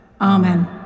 Amen